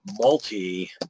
multi